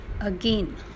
again